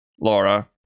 Laura